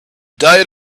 diet